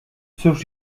cóż